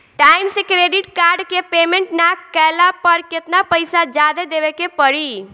Time से credit card के payment ना कैला पर केतना पईसा जादे देवे के पड़ी?